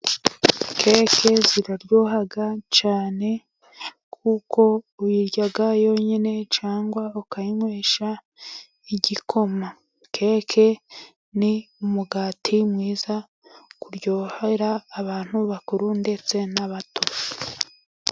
Keke ziraryohama cyane, kuko uyirya yonyine cyangwa ukayinywesha igikoma. Keke ni umugati mwiza uryohera abantu bakuru ndetse n'abato.